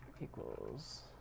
equals